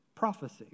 prophecy